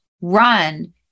run